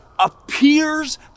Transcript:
appears